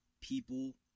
people